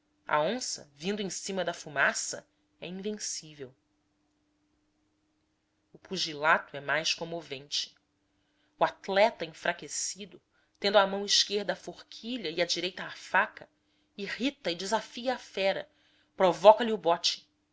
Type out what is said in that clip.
onça vindo em cima da fumaça é invencível o pugilato é mais comovente o atleta enfraquecido tendo à mão esquerda a forquilha e à direita a faca irrita e desafia a fera provoca lhe o bote